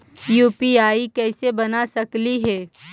UPI कैसे बना सकली हे?